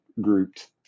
grouped